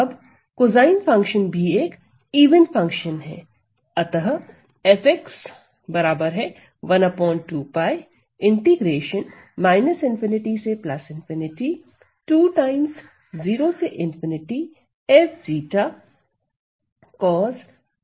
अब cosine function भी एक इवन फंक्शन है